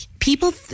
People